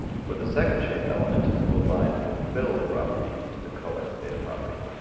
for the second shape element, we'll bind the fill property to the color data property.